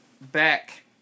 back